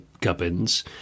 gubbins